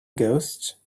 ghosts